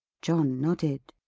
john nodded.